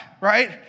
right